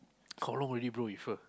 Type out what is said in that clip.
how long already bro with her